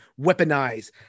weaponize